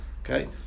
Okay